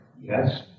Yes